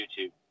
YouTube